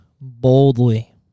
boldly